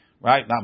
right